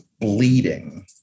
bleeding